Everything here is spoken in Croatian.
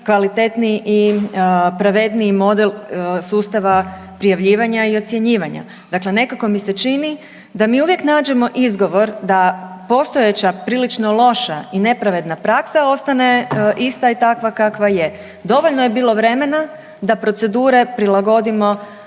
kvalitetni i pravedniji model sustava prijavljivanja i ocjenjivanja. Dakle, nekako mi se čini da mi uvijek nađemo izgovor da postojeća prilično loša i nepravedna praksa ostane ista i takva kakva je. Dovoljno je bilo vremena da procedure prilagodimo